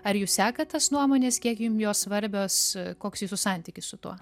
ar jūs sekat tas nuomones kiek jum jos svarbios koks jūsų santykis su tuo